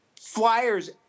flyers